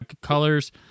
colors